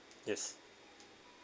yes